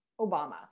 obama